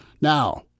Now